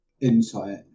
insight